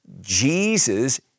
Jesus